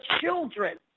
children